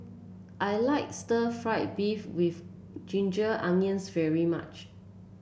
I like Stir Fried Beef with Ginger Onions very much